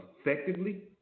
effectively